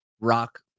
rock